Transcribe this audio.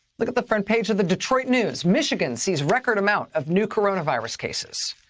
look at the front page of the detroit news. michigan sees record amount of new coronavirus cases.